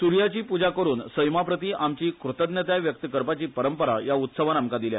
सूर्याची पूजा करून सैमाप्रती आमची कृतज्ञताय व्यक्त करपाची परंपरा या उत्सवान आमका दिल्या